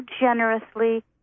generously